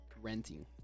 renting